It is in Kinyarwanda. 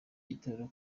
gitero